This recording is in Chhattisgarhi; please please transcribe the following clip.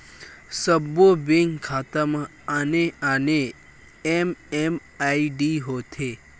सब्बो बेंक खाता म आने आने एम.एम.आई.डी होथे